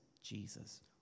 Jesus